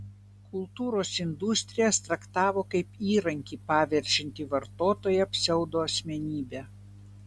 kultūros industrijas traktavo kaip įrankį paverčiantį vartotoją pseudoasmenybe